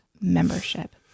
membership